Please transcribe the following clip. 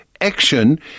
action